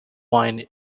wine